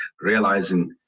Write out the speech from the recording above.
realizing